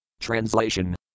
Translation